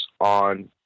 on